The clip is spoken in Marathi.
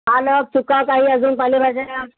पालक चुका काही अजून पालेभाज्या घ्या